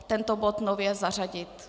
Tento bod nově zařadit.